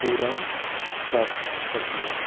ਪੂਰਾ ਕਰ ਸਕੀਏ